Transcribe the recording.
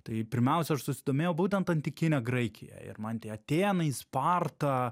tai pirmiausia aš susidomėjau būtent antikine graikija ir man tie atėnai sparta